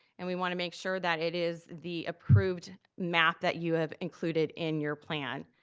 and we wanna make sure that it is the approved map that you have included in your plan.